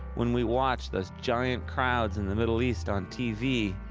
when we watch those giant crowds in the middle east on tv,